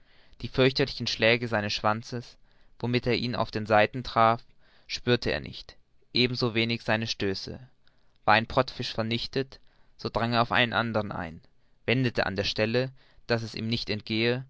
die fürchterlichen schläge seines schwanzes womit er ihn auf den seiten traf spürte er nicht eben so wenig seine stöße war ein pottfisch vernichtet so drang er auf einen anderen ein wendete an der stelle daß er ihm nicht entgehe